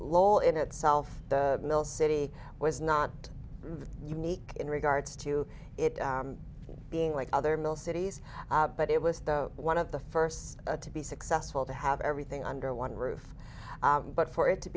lol in itself the mill city was not unique in regards to it being like other mill cities but it was the one of the first to be successful to have everything under one roof but for it to